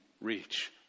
reach